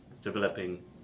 developing